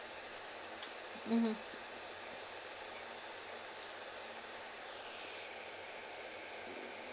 mmhmm